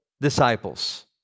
disciples